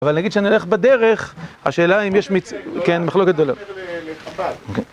אבל נגיד שאני הולך בדרך, השאלה אם יש, כן, מחלוקת גדולה.